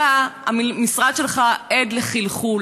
המשרד שלך עד לחלחול.